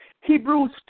Hebrews